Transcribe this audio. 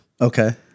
Okay